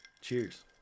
Cheers